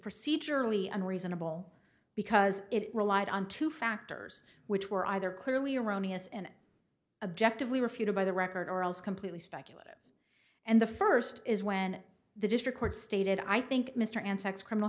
procedurally unreasonable because it relied on two factors which were either clearly erroneous and objective we refuted by the record or else completely speculative and the first is when the district court stated i think mr and sex criminal